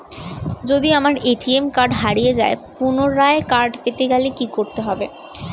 যদি আমার ATM card হারিয়ে যায় পুনরায় কার্ড পেতে গেলে কি করতে হবে?